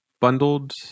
bundled